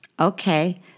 Okay